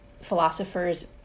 philosophers